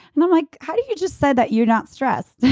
and i'm like how do you just said that you're not stressed? yeah